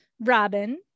Robin